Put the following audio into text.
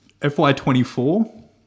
FY24